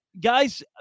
Guys